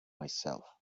myself